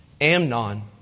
Amnon